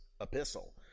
epistle